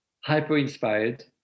hyper-inspired